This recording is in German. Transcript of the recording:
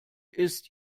ist